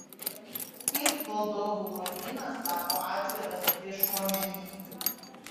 kaip valdovų lobynas tapo atviras viešuomenei